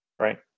Right